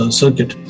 circuit